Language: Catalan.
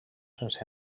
sense